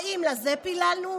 האם לזה פיללנו?